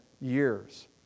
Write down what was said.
years